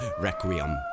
Requiem